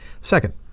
Second